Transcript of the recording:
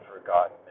forgotten